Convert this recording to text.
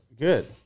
Good